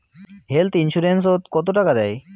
Health insurance ওত কত টাকা দেয়?